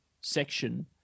section